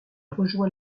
rejoint